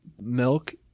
milk